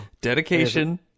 Dedication